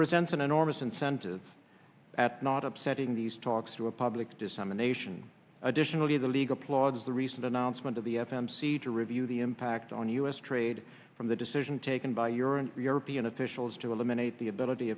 presents an enormous incentive at not upsetting these talks to a public dissemination additionally the league applauds the recent announcement of the f m c to review the impact on u s trade from the decision taken by your and european officials to eliminate the ability